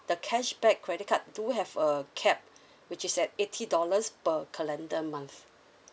the cashback credit card do have a cap which is at eighty dollars per calendar month